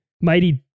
Mighty